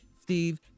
Steve